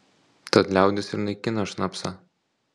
tad liaudis ir naikina šnapsą